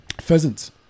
pheasants